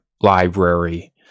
library